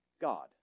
God